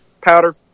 powder